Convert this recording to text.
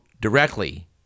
directly